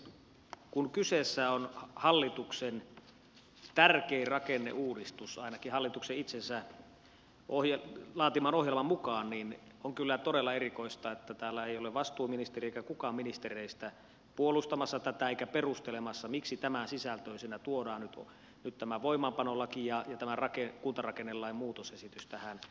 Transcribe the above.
kun kyseessä on hallituksen tärkein rakenneuudistus ainakin hallituksen itsensä laatiman ohjelman mukaan niin on kyllä todella erikoista että täällä ei ole vastuuministeri eikä kukaan ministereistä puolustamassa tätä eikä perustelemassa miksi tämänsisältöisenä tuodaan nyt tämä voimaanpanolaki ja kuntarakennelain muutosesitys tähän saliin